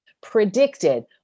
predicted